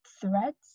threads